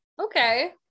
okay